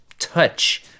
touch